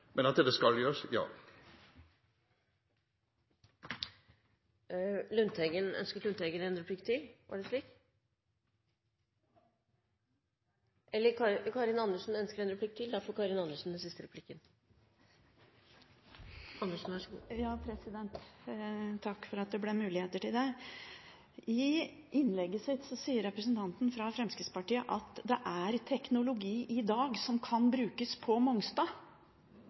Men det skal gjøres, ja. I innlegget sitt sa representanten fra Fremskrittspartiet at det er teknologi i dag som kan brukes på Mongstad